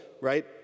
right